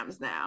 now